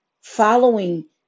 Following